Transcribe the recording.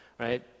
right